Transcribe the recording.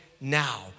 now